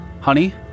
Honey